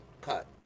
cut